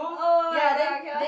oh-my-god I cannot